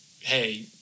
hey